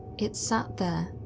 it sat there,